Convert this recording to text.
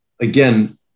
again